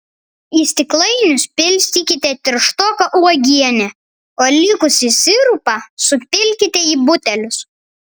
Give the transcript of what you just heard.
į stiklainius pilstykite tirštoką uogienę o likusį sirupą supilkite į butelius